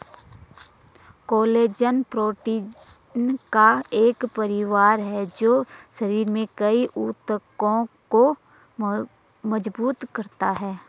collagen protein का एक परिवार है जो शरीर में कई ऊतकों को मजबूत करता है